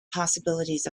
possibilities